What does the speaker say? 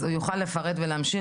הוא יוכל לפרט ולהמשיך,